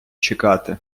чекати